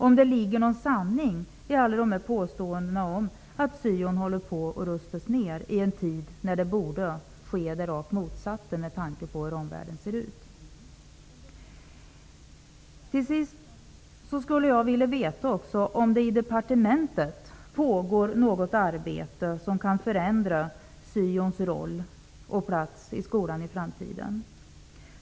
Ligger det någon sanning i alla påståenden om att syoverksamheten håller på att rustas ned; detta i en tid när det rakt motsatta borde ske, med tanke på hur omvärlden ser ut? Till sist skulle jag vilja veta om det inom departementet pågår något arbete som kan leda till att syoverksamhetens roll och plats i skolan förändras i framtiden.